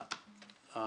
הוא